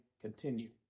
continue